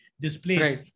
displays